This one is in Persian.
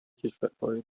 کشورهای